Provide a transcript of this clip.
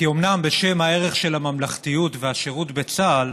כי אומנם בשם ערך הממלכתיות והשירות בצה"ל